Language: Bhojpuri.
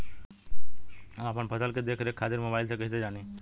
हम अपना फसल के देख रेख खातिर मोबाइल से कइसे जानी?